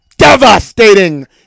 devastating